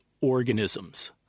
organisms